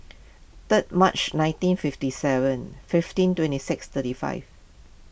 third March nineteen fifty seven fifteen twenty six thirty five